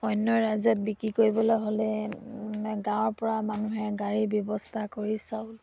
অন্য ৰাজ্যত বিক্ৰী কৰিবলৈ হ'লে মানে গাঁৱৰ পৰা মানুহে গাড়ীৰ ব্যৱস্থা কৰি চাউল